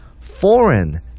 foreign